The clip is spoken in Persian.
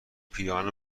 پیراهن